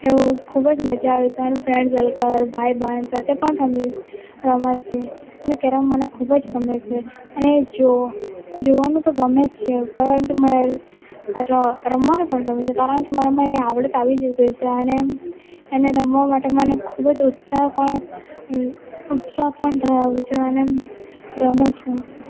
એવું ખૂબ જ મજા આવે સારું ફ્રેન્ડ સર્કલ ભાઈ બહેન સાથે પણ રમીએ રમાય છે અને કેરમ મને ખૂબ જ ગમે છે અને જો જોવાનું તો ગમે જ છે પરંતુ મારે રમવાનું પણ ગમે છે કારણ કે મારામાં એ આવડત આવી જશે અને એમ અને રમવા માટે મને ખૂબ જ ઉત્સાહ પણ ઉત્સાહ પણ ધરાવું છું અને એમ રમું છું